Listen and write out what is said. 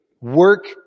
work